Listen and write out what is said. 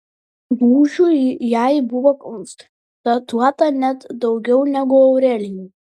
lūžių jai buvo konstatuota net daugiau negu aurelijai